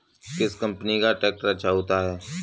किस कंपनी का ट्रैक्टर अच्छा होता है?